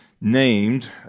named